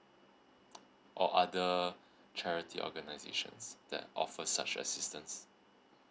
or other charity organisations that offer such assistance